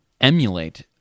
emulate